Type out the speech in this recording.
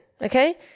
Okay